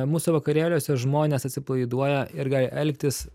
mūsų vakarėliuose žmonės atsipalaiduoja ir gali elgtis